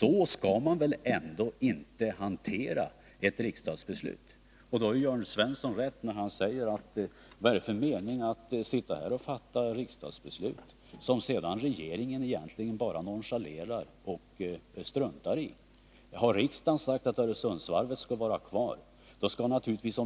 Så skall man väl ändå inte hantera ett riksdagsbeslut, och då har Jörn Svensson rätt när han säger: Vad är det för mening med att fatta riksdagsbeslut som regeringen sedan egentligen bara struntar i? Har riksdagen sagt att Öresundsvarvet skall vara kvar, skall naturligtvis